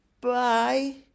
Bye